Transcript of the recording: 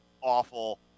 awful